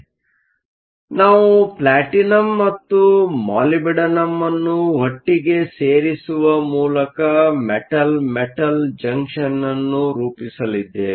ಆದ್ದರಿಂದ ನಾವು ಪ್ಲಾಟಿನಂ ಮತ್ತು ಮಾಲಿಬ್ಡಿನಮ್ ಅನ್ನು ಒಟ್ಟಿಗೆ ಸೇರಿಸುವ ಮೂಲಕ ಮೆಟಲ್ ಮೆಟಲ್ ಜಂಕ್ಷನ್ ಅನ್ನು ರೂಪಿಸಲಿದ್ದೇವೆ